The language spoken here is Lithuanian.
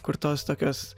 kur tos tokios